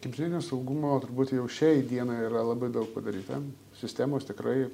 kibernetinio saugumo turbūt jau šiai dienai yra labai daug padaryta sistemos tikrai